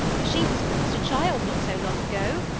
why, she was almost a child not so long ago.